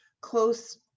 close